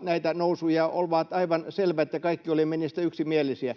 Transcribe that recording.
näihin nousuihin olivat aivan selvät, ja kaikki olimme niistä yksimielisiä.